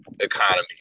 economy